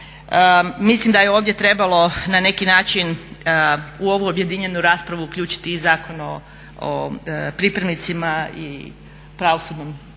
Mislim da je ovdje trebalo na neki način u ovu objedinjenu raspravu uključiti i Zakon o pripravnicima i pravosudnom ispitu.